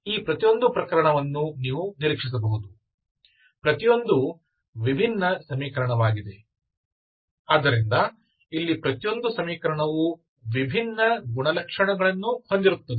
ಈ ಪ್ರತಿಯೊಂದು ಪ್ರಕರಣವನ್ನು ನೀವು ನಿರೀಕ್ಷಿಸಬಹುದು ಪ್ರತಿಯೊಂದು ವಿಭಿನ್ನ ಸಮೀಕರಣವಾಗಿದೆ ಆದ್ದರಿಂದ ಇಲ್ಲಿ ಪ್ರತಿಯೊಂದು ಸಮೀಕರಣವೂ ವಿಭಿನ್ನ ಗುಣಲಕ್ಷಣಗಳನ್ನು ಹೊಂದಿರುತ್ತದೆ